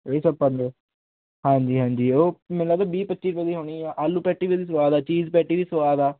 ਇਹੀ ਸਭ ਪਾਂਦੇ ਹਾਂਜੀ ਹਾਂਜੀ ਉਹ ਮੈਨੂੰ ਲੱਗਦਾ ਵੀਹ ਪੱਚੀ ਰੁਪਏ ਦੀ ਹੋਣੀ ਆਲੂ ਪੈਟੀ ਵੀ ਸਵੈਦ ਆ ਚੀਜ਼ ਪੈਟੀ ਵੀ ਸਵਾਦ ਆ